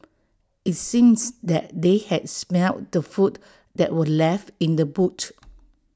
IT seems that they had smelt the food that were left in the boot